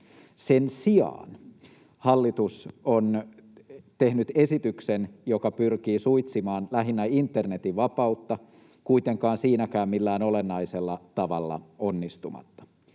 Sen sijaan hallitus on tehnyt esityksen, joka pyrkii suitsimaan lähinnä internetin vapautta, kuitenkaan siinäkään millään olennaisella tavalla onnistumatta.